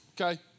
okay